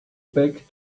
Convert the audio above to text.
back